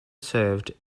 served